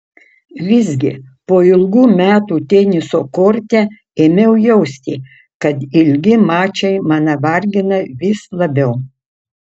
visgi po ilgų metų teniso korte ėmiau jausti kad ilgi mačai mane vargina vis labiau